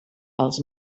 els